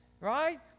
Right